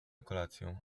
kolację